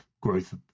growth